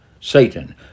Satan